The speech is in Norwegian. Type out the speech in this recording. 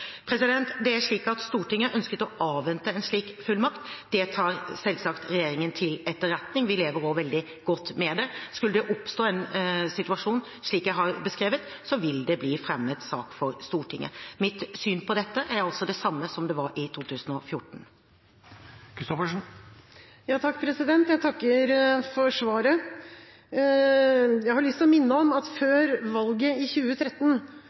Stortinget ønsket å avvente en slik fullmakt. Det tar selvsagt regjeringen til etterretning. Vi lever også veldig godt med det. Skulle det oppstå en situasjon slik jeg har beskrevet, vil det bli fremmet sak for Stortinget. Mitt syn på dette er altså det samme som det var i 2014. Jeg takker for svaret. Jeg har lyst til å minne om at før valget i 2013